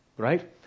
right